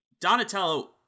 Donatello